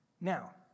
Now